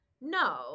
No